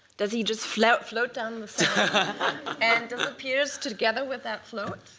does he just float float down and disappears together with that float?